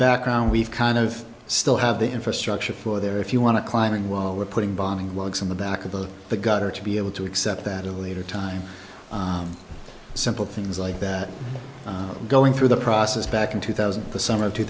background we've kind of still have the infrastructure for there if you want to climbing while we're putting bonding logs on the back of the the gutter to be able to accept that a leader time simple things like that going through the process back in two thousand the summer of two